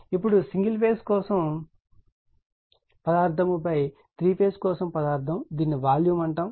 ఇప్పుడు single phase కోసం పదార్థం 3 ఫేజ్ కోసం పదార్థం దీనిని వాల్యూమ్ అంటాము